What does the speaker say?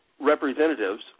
Representatives